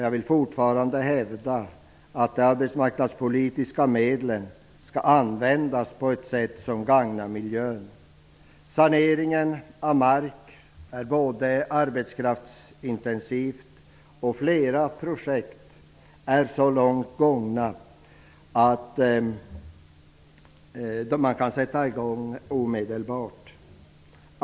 Jag vill fortfarande hävda att de arbetsmarknadspolitiska medlen skall användas på ett sätt som gagnar miljön. Saneringen av mark är arbetskraftsintensiv. Flera projekt är så långt gångna att de kan sättas i gång omedelbart.